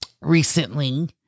recently